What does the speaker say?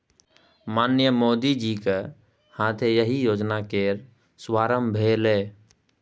माननीय मोदीजीक हाथे एहि योजना केर शुभारंभ भेलै